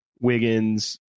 Wiggins